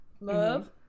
Love